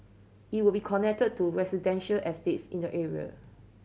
it will be connected to residential estates in the area